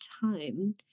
time